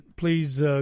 Please